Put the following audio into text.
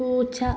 പൂച്ച